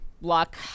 Luck